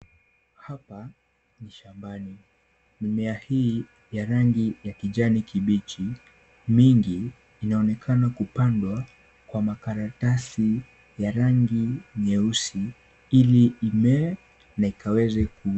Hapa ni shambani. Mimea hii ya rangi ya kijani kibichi mingi, inaonekana kupandwa kwa makaratasi ya rangi nyeusi ili imee na ikaweze ku.